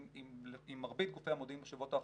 עם מרבית גופי המודיעין בשבועות האחרונים,